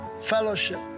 fellowship